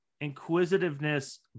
inquisitiveness